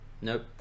nope